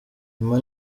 nyuma